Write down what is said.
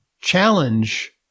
challenge